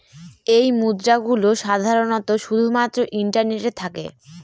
এই মুদ্রা গুলো সাধারনত শুধু মাত্র ইন্টারনেটে থাকে